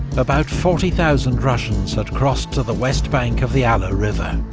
about forty thousand russians had crossed to the west bank of the alle ah river.